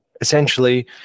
essentially